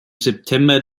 september